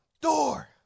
door